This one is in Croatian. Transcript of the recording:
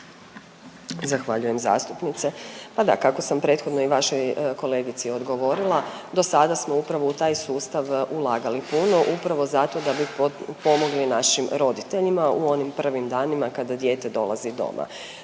Zahvaljujem zastupnice. Pa da, kako sam prethodno i vašoj kolegici odgovorila, do sada smo upravo u taj sustav ulagali puno upravo zato da bi pomogli našim roditeljima u onim prvim danima kada dijete dolazi doma.